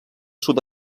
sud